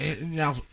Now